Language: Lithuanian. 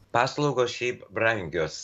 paslaugos šiaip brangios